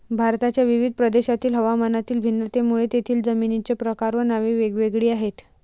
भारताच्या विविध प्रदेशांतील हवामानातील भिन्नतेमुळे तेथील जमिनींचे प्रकार व नावे वेगवेगळी आहेत